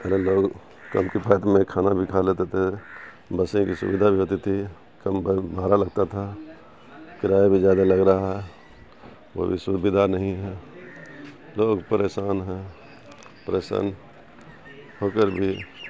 پہلے لوگ کم کفایت میں کھانا بھی کھا لیتے تھے بسیں کی سویدھا بھی ہوتی تھی کم بھاڑا لگتا تھا کرایہ بھی زیادہ لگ رہا ہے وہ بھی سویدھا نہیں ہے لوگ پریشان ہیں پریشان ہو کر بھی